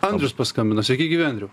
andrius paskambino sveiki gyvi andriau